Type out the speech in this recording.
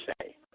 say